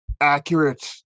accurate